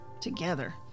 together